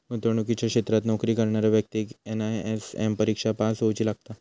गुंतवणुकीच्या क्षेत्रात नोकरी करणाऱ्या व्यक्तिक एन.आय.एस.एम परिक्षा पास होउची लागता